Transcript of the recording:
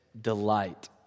delight